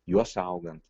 juos saugant